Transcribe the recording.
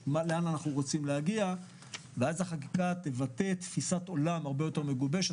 לאן אנחנו רוצים להגיע ואז החקיקה תבטא תפיסת עולם הרבה יותר מגובשת.